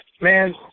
man